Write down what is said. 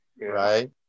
Right